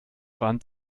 wand